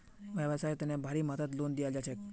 व्यवसाइर तने भारी मात्रात लोन दियाल जा छेक